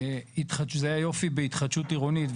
זה היופי בהתחדשות עירונית,